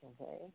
Okay